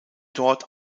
dort